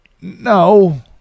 No